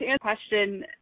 question